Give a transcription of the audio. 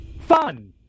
Fun